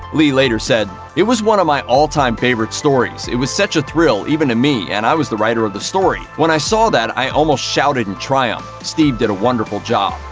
lee later said it was one of my all time favorite stories. it was such a thrill, even to me and i was the writer of the story. when i saw that i almost shouted in triumph. steve did a wonderful job.